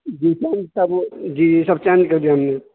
جی change تھا وہ جی سب چینج کر دیا ہم نے